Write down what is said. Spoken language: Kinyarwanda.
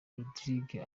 rodrigue